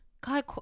God